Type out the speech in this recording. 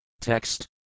Text